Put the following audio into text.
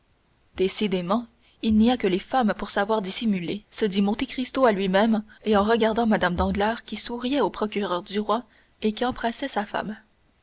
décidément il n'y a que les femmes pour savoir dissimuler se dit monte cristo à lui-même et en regardant mme danglars qui souriait au procureur du roi et qui embrassait sa femme